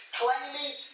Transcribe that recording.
claiming